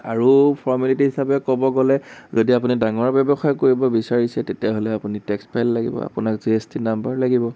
আৰু ফৰ্মেলিটিজ হিচাপে ক'ব গ'লে যদি আপুনি ডাঙৰ ব্যৱসায় কৰিব বিচাৰিছে তেতিয়াহ'লে আপুনি টেক্স ফাইল লাগিব আপুনাক জি এছ টি নাম্বাৰ লাগিব